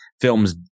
films